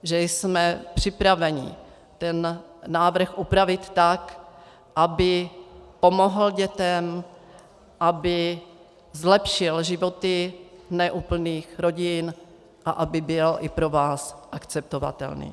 Že jsme připraveni tento návrh upravit tak, aby pomohl dětem, aby zlepšil životy neúplných rodin a aby byl i pro vás akceptovatelný.